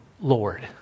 Lord